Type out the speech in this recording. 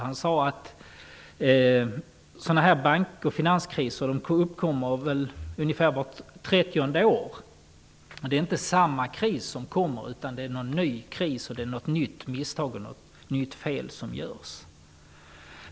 Han sade att sådana här bankoch finanskriser uppkommer ungefär vart trettionde år. Det är inte samma kris som oåterkommer, utan det är någon ny kris, något nytt misstag och något nytt fel som begås.